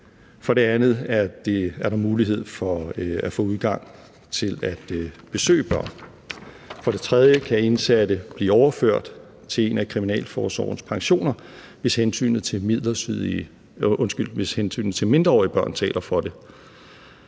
For det andet er der mulighed for at få udgang til at besøge børn. For det tredje kan indsatte blive overført til en af kriminalforsorgens pensioner, hvis hensynet til mindreårige børn taler for det.